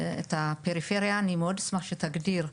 את הפריפריה אני מאוד אשמח שתגדיר,